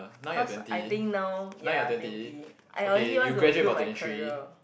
cause I think now ya twenty I actually want to build my career